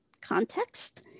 context